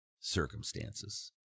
circumstances